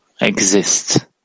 exist